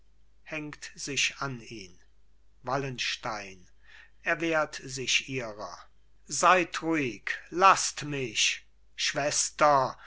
hängt sich an ihn wallenstein erwehrt sich ihrer seid ruhig laßt mich schwester